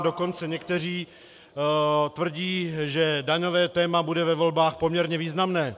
Dokonce někteří tvrdí, že daňové téma bude ve volbách poměrně významné.